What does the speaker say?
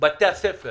שבתי הספר